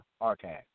Archive